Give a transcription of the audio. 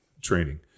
training